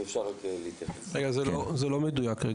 זה לא מדויק.